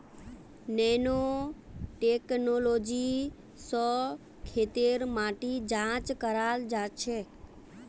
nano technology स खेतेर माटी जांच कराल जाछेक